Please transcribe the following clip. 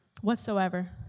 whatsoever